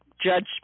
judge